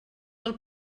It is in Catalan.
del